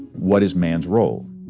what is man's role?